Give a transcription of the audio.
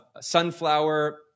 sunflower